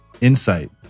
insight